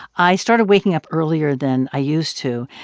i started waking up earlier than i used to.